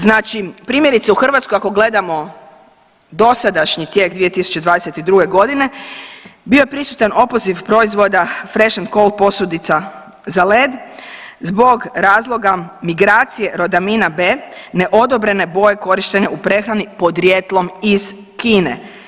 Znači primjerice u Hrvatskoj ako gledamo dosadašnji tijek 2022. godine bio je prisutan opoziv proizvoda fresh&cold posudica za led zbog razloga migracija rodamina B ne odobrene boje korištene u prehrani podrijetlom iz Kine.